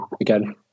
again